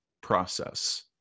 process